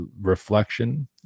reflection